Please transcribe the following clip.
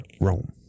Rome